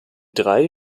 drei